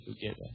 together